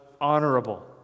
honorable